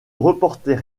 rapportait